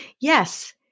Yes